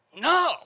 no